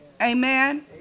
Amen